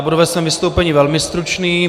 Budu ve svém vystoupení velmi stručný.